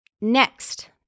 next